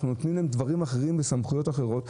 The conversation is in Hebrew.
אנחנו נותנים להם סמכויות אחרות,